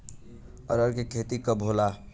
अरहर के खेती कब होला?